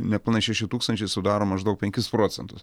nepilnai šeši tūkstančiai sudaro maždaug penkis procentus